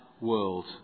world